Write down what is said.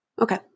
Okay